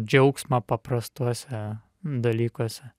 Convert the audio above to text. džiaugsmą paprastuose dalykuose